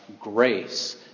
grace